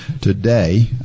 Today